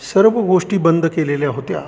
सर्व गोष्टी बंद केलेल्या होत्या